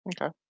okay